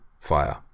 fire